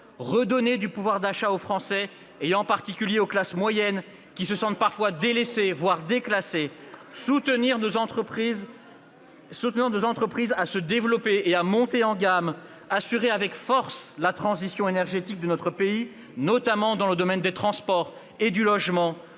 redonner du pouvoir d'achat aux Français, en particulier aux classes moyennes, qui se sentent parfois délaissées, voire déclassées ;... Mais que c'est beau !... aider nos entreprises à se développer et à monter en gamme ; assurer avec force la transition énergétique de notre pays, notamment dans le domaine des transports et du logement